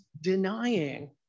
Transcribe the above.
denying